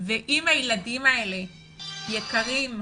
ואם הילדים האלה יקרים להנהגה,